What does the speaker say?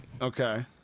Okay